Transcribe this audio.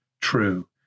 true